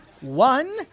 One